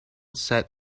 set